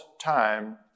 time